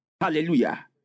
Hallelujah